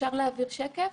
נעבור שקף.